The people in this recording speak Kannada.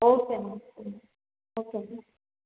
ಓಕೆ ಮ್ಯಾಮ್ ಸರಿ ಓಕೆ